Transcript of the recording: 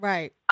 Right